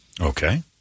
Okay